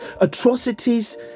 Atrocities